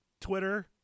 Twitter